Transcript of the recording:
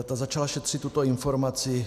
Ta začala šetřit tuto informaci.